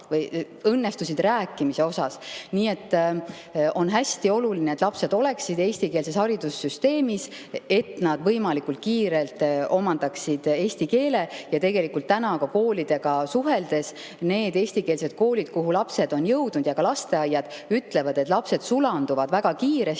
neil õnnestus rääkimise osa [läbida]. Seega on hästi oluline, et lapsed oleksid eestikeelses haridussüsteemis, et nad võimalikult kiirelt omandaksid eesti keele. Tegelikult täna koolidega suheldes ütlevad need eestikeelsed koolid, kuhu lapsed on jõudnud, ja ka lasteaiad, et lapsed sulanduvad väga kiiresti,